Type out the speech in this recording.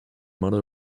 mother